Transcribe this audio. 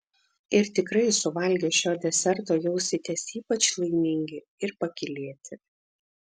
ir tikrai suvalgę šio deserto jausitės ypač laimingi ir pakylėti